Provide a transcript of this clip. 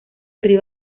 río